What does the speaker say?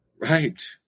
Right